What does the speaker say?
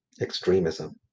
Extremism